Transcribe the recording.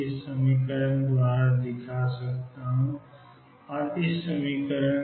left बाएं लेता हूं और इसकी तुलना x0x0